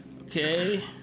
Okay